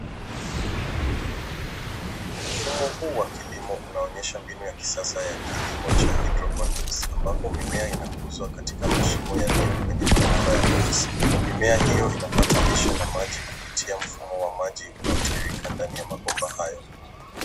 Mfumo huu wa kilimo unaonyesha mbinu ya kisasa ya kilimo cha hydroponics ambapo mimea inakuzwa katika mashimo yaliyo kwenye mabomba ya box . Mimea hiyo inapata lishe na maji kupitia mfumo wa maji unaotiririka ndani ya mabomba hayo.